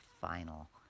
final